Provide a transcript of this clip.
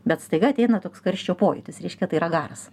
bet staiga ateina toks karščio pojūtis reiškia tai yra garas